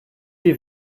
die